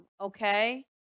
Okay